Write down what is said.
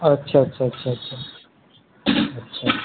اچھا اچھا اچھا اچھا اچھا